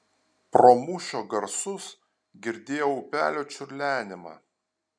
pro mūšio garsus girdėjau upelio čiurlenimą